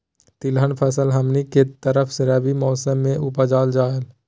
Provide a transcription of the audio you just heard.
तिलहन फसल हमनी के तरफ रबी मौसम में उपजाल जाला